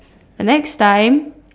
the next time